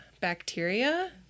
bacteria